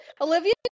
olivia